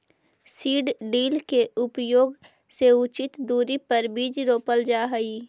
seed drill के उपयोग से उचित दूरी पर बीज रोपल जा हई